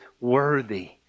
worthy